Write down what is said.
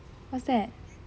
what's that